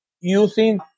using